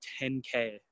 10K